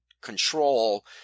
control